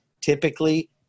Typically